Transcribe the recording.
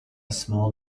small